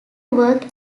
work